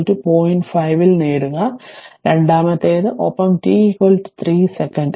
5 ൽ നേടുക രണ്ടാമത്തേത് ഒപ്പം t 3 സെക്കൻഡ്